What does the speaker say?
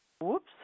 whoops